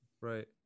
right